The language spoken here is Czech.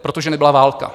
Protože nebyla válka.